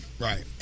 right